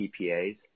TPAs